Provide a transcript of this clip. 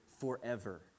forever